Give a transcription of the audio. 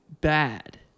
bad